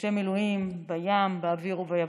אנשי מילואים בים, באוויר וביבשה,